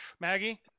Maggie